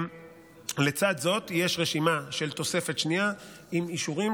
לצד זאת יש רשימה בתוספת שנייה עם אישורים